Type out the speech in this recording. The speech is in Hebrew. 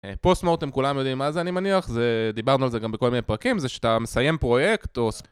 פוסט מורטם, כולם יודעים מה זה אני מניח, דיברנו על זה גם בכל מיני פרקים, זה שאתה מסיים פרויקט או...